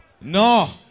No